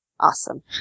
Awesome